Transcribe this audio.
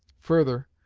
further,